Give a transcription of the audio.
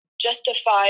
justify